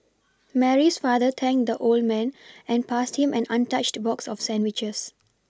Mary's father thanked the old man and passed him an untouched box of sandwiches